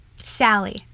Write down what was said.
Sally